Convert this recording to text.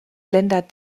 länder